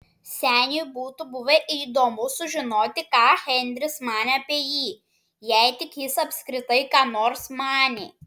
seniui būtų buvę įdomu sužinoti ką henris manė apie jį jei tik jis apskritai ką nors manė